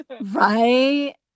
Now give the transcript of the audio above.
right